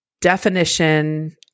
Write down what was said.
definition